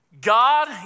God